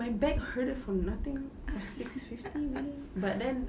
my back hurts from nothing for six fifty only but then